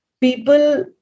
People